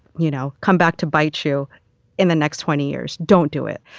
you know, come back to bite you in the next twenty years. don't do it.